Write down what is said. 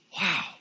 Wow